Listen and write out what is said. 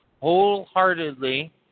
wholeheartedly